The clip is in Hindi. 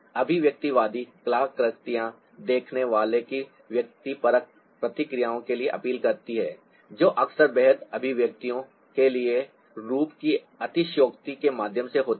अभिव्यक्तिवादी कलाकृतियाँ देखने वाले की व्यक्तिपरक प्रतिक्रियाओं के लिए अपील करती हैं जो अक्सर बेहतर अभिव्यक्तियों के लिए रूप की अतिशयोक्ति के माध्यम से होती हैं